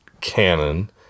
canon